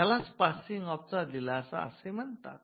यालाच passing off चा दिलासा असे म्हणतात